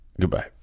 Goodbye